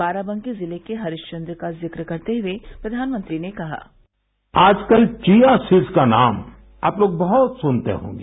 बाराबकी जिले के हरिश्चन्द्र का जिक्र करते हुए प्रधानमंत्री ने कहा आजकल चिया सीड्स का नाम आप लोग बहुत सुनते होंगे